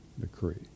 decree